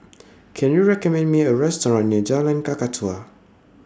Can YOU recommend Me A Restaurant near Jalan Kakatua